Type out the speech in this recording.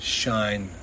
shine